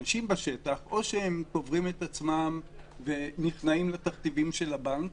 אנשים בשטח או שהם קוברים את עצמם ונכנעים לתכתיבים של הבנק,